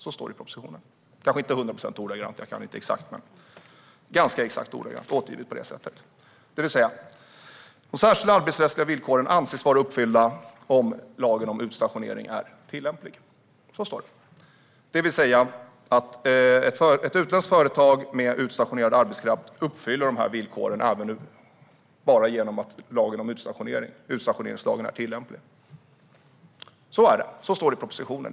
Så står det i propositionen, kanske inte till hundra procent ordagrant men ganska exakt ordagrant återgivet. Det vill säga att de särskilda arbetsrättsliga villkoren anses vara uppfyllda om lagen om utstationering är tillämplig. Det innebär att ett utländskt företag med utstationerad arbetskraft uppfyller dessa villkor bara genom att utstationeringslagen är tillämplig. Så står det i propositionen.